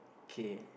okay